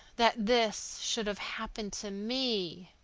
that this should have happened to me!